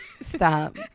Stop